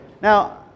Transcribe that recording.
Now